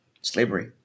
Slavery